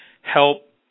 help